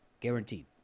guaranteed